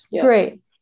Great